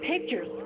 pictures